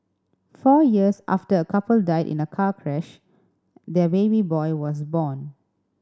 four years after a couple died in a car crash their baby boy was born